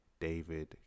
David